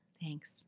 Thanks